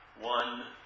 one